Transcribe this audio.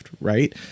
right